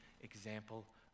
example